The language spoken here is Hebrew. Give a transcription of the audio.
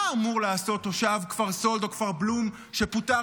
מה אמור לעשות תושב כפר סאלד או כפר בלום שפוטר